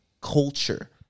culture